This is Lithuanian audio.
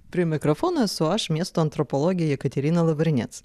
prie mikrofono esu aš miesto antropologė jekaterina lavrinec